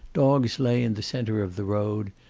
dogs lay in the center of the road,